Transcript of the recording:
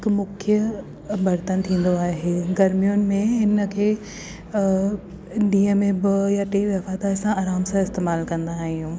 हिकु मुख्य बर्तन थींदो आहे गर्मियुनि में हिन खे ॾींहं में ॿ या टे दफ़ा त असां आराम सां इस्तेमालु कंदा आहियूं